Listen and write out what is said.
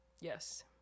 Yes